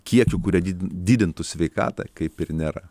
kiekių kurie didintų sveikatą kaip ir nėra